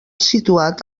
situat